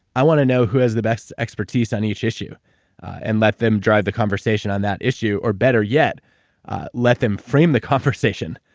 i want to know who has the best expertise on each issue and let them drive the conversation on that issue, or better yet let them frame the conversation,